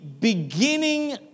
beginning